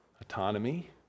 autonomy